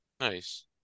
nice